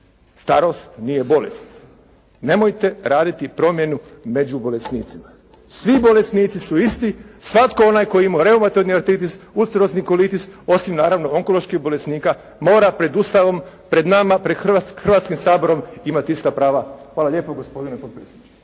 starost nije bolest. Nemojte raditi promjenu među bolesnicima. Svi bolesnici su isti. Svatko onaj tko je imao reumatoidni artritis, ulcerozni kolitis osim naravno onkoloških bolesnika mora pred Ustavom, pred nama, pred Hrvatskim saborom imati ista prava. Hvala lijepo gospodine potpredsjedniče.